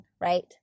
right